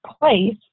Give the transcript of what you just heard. place